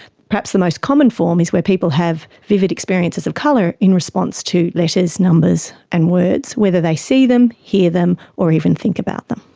perhaps the most common form is where people have vivid experiences of colour in response to letters, numbers and words whether they see them, hear them, or even think about them.